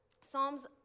Psalms